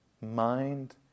mind